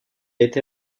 été